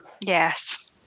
Yes